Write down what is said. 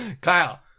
Kyle